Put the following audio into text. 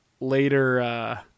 later